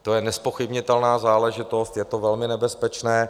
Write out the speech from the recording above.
To je nezpochybnitelná záležitost, je to velmi nebezpečné.